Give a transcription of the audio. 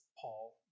Paul